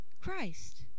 Christ